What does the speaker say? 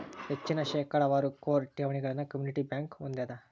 ಹೆಚ್ಚಿನ ಶೇಕಡಾವಾರ ಕೋರ್ ಠೇವಣಿಗಳನ್ನ ಕಮ್ಯುನಿಟಿ ಬ್ಯಂಕ್ ಹೊಂದೆದ